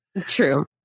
True